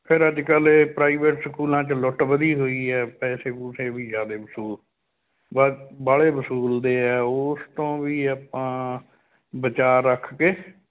ਫਿਰ ਅੱਜ ਕੱਲ੍ਹ ਇਹ ਪ੍ਰਾਈਵੇਟ ਸਕੂਲਾਂ 'ਚ ਲੁੱਟ ਵਧੀ ਹੋਈ ਹੈ ਪੈਸੇ ਪੁਸੇ ਵੀ ਜ਼ਿਆਦਾ ਵਸੂ ਬਾ ਬਾਹਲੇ ਵਸੂਲਦੇ ਆ ਉਸ ਤੋਂ ਵੀ ਆਪਾਂ ਬਚਾਅ ਰੱਖ ਕੇ